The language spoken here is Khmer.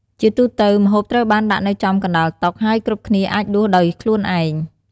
ជាទូទៅ ម្ហូបត្រូវបានដាក់នៅចំកណ្ដាលតុ ហើយគ្រប់គ្នាអាចដួសដោយខ្លួនឯង។